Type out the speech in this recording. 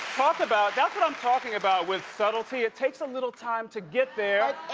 talk about, that's what i'm talking about with subtlety, it takes a little time to get there.